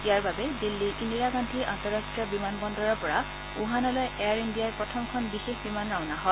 ইয়াৰ বাবে দিল্লীৰ ইন্দিৰা গান্ধী আন্তঃৰাষ্টীয় বিমান বন্দৰৰ পৰা উহানালৈ এয়াৰ ইণ্ডিয়াৰ প্ৰথমখন বিশেষ বিমান ৰাওনা হয়